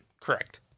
Correct